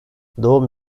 doğum